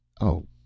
Oh